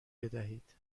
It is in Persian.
بدهید